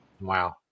Wow